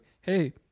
hey